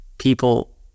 people